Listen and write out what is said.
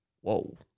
whoa